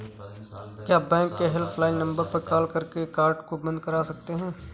क्या बैंक के helpline number पर कॉल करके कार्ड को बंद करा सकते हैं?